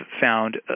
found